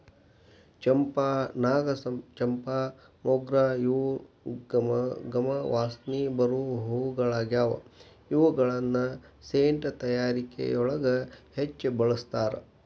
ಚಂಪಾ, ನಾಗಚಂಪಾ, ಮೊಗ್ರ ಇವು ಗಮ ಗಮ ವಾಸನಿ ಬರು ಹೂಗಳಗ್ಯಾವ, ಇವುಗಳನ್ನ ಸೆಂಟ್ ತಯಾರಿಕೆಯೊಳಗ ಹೆಚ್ಚ್ ಬಳಸ್ತಾರ